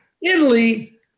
Italy